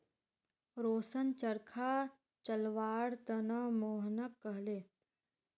रोशन चरखा चलव्वार त न मोहनक कहले